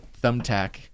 thumbtack